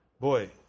boy